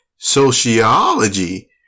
Sociology